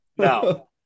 No